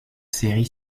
série